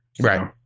Right